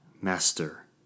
master